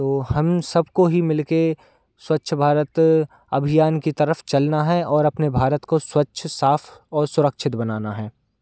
तो हम सबको ही मिलके स्वच्छ भारत अभियान की तरफ़ चलना है और अपने भारत को स्वच्छ साफ़ और सुरक्षित बनाना है